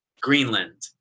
Greenland